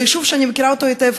זה יישוב שאני מכירה היטב,